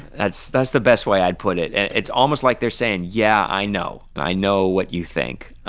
that's that's the best way i'd put it. it's almost like they're saying, yeah, i know. and i know what you think,